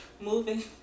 moving